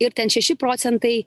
ir ten šeši procentai